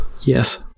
Yes